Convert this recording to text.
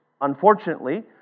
unfortunately